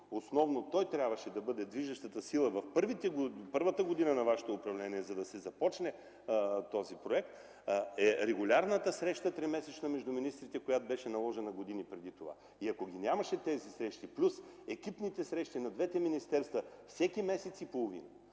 трябваше да бъде движещата сила в първата година на вашето управление, за да се започне този проект) регулярната тримесечна среща на министрите, която беше наложена години преди това. Ако ги нямаше тези срещи плюс екипните срещи на двете министерства всеки месец и половина,